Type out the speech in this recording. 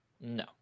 No